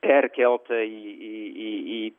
perkelta į